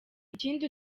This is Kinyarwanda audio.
ikindi